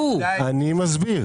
אני מסביר.